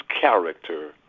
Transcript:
character